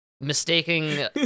mistaking